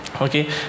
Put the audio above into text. okay